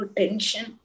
tension